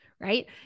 right